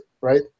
right